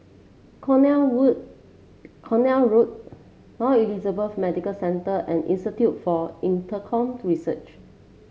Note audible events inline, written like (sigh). (unintelligible) Road Now Elizabeth Medical Centre and Institute for Infocomm Research